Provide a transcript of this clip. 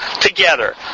together